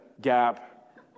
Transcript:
gap